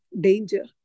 danger